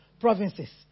provinces